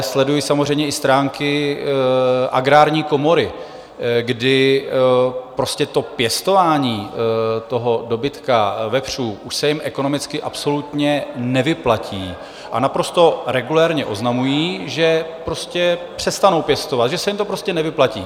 Sleduji samozřejmě i stránky Agrární komory, kdy prostě pěstování toho dobytka a vepřů se jim ekonomicky absolutně nevyplatí, a naprosto regulérně oznamují, že prostě přestanou pěstovat, že se jim to nevyplatí.